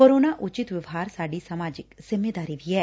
corona ਉਚਿਤ ਵਿਵਹਾਰ ਸਾਡੀ ਸਮਾਜਿਕ ਜਿੰਮੇਵਾਰੀ ਵੀ ਐ